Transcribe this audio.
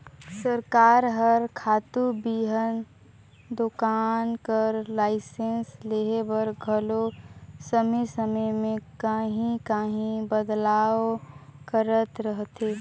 सरकार हर खातू बीहन दोकान कर लाइसेंस लेहे बर घलो समे समे में काहीं काहीं बदलाव करत रहथे